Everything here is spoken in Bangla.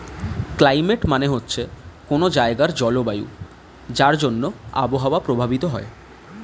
ক্লাইমেট মানে হচ্ছে কোনো জায়গার জলবায়ু যার জন্যে আবহাওয়া প্রভাবিত হয়